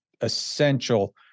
essential